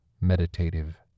meditative